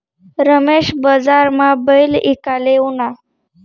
रमेश बजारमा बैल ईकाले ऊना